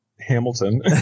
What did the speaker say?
Hamilton